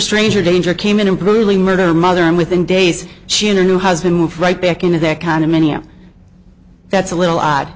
stranger danger came in and brutally murder mother and within days she and her new husband moved right back into the economy and that's a little odd